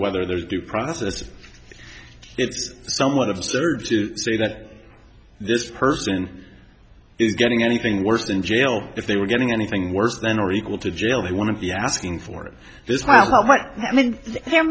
whether there's due process it's somewhat absurd to say that this person is getting anything worse than jail if they were getting anything worse than or equal to jail they want to be asking for this kind of how much i mean there